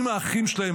אם האחים שלהם,